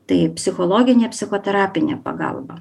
tai psichologinė psichoterapinė pagalba